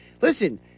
listen